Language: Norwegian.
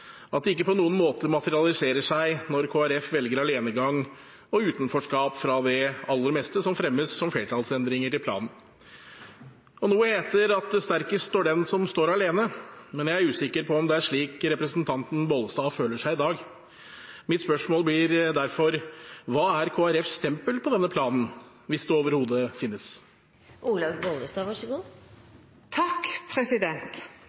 at det ikke på noen måte materialiserer seg når Kristelig Folkeparti velger alenegang og utenforskap fra det aller meste som fremmes som flertallsendringer til planen. Det heter at sterkest står den som står alene, men jeg er usikker på om det er slik representanten Bollestad føler seg i dag. Mitt spørsmål blir derfor: Hva er Kristelig Folkepartis stempel på denne planen, hvis det overhodet